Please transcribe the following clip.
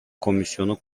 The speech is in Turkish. komisyonu